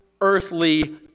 earthly